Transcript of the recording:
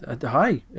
hi